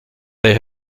they